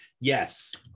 yes